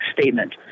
statement